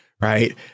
Right